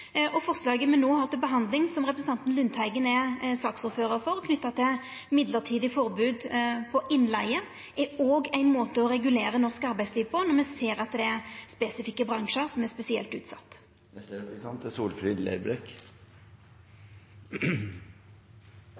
Forslaget me no har til behandling, som representanten Lundteigen er saksordførar for, knytt til mellombels forbod på innleige, er òg ein måte å regulera norsk arbeidsliv på når me ser at det er spesifikke bransjar som er spesielt utsette. Eg trur både representanten Tajik og eg er